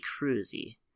cruisy